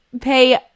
pay